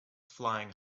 flying